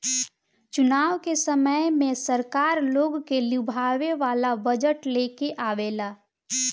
चुनाव के समय में सरकार लोग के लुभावे वाला बजट लेके आवेला